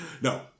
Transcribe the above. no